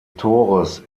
tores